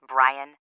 Brian